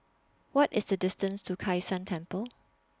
What IS The distance to Kai San Temple